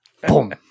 Boom